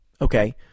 Okay